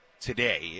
today